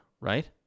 right